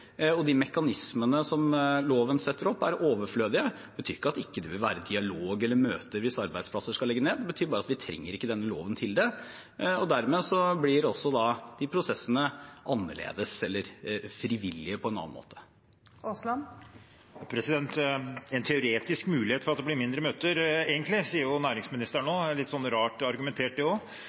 og de mekanismene som loven setter opp, er overflødige. Det betyr ikke at det ikke vil være dialog eller møter hvis arbeidsplasser skal legges ned, det betyr bare at vi ikke trenger denne loven til det. Dermed blir de prosessene annerledes eller frivillige, på en annen måte. Det er en teoretisk mulighet for at det blir færre møter, sier egentlig næringsministeren nå. Det er litt rart argumentert, det